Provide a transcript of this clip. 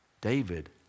David